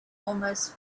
almost